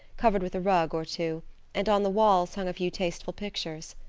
covered with a rug or two and on the walls hung a few tasteful pictures.